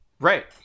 Right